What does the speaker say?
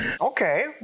okay